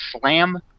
Slam